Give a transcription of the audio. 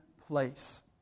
place